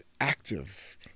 active